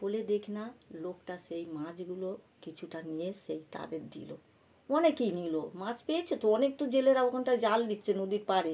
বলে দেিখ না লোকটা সেই মাছগুলো কিছুটা নিয়ে সেই তাদের দিল অনেকেই নিল মাছ পেয়েছে তো অনেক তো জেলেরা ওখানটায় জাল দিচ্ছে নদীর পাড়ে